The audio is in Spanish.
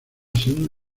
sin